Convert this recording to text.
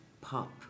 pop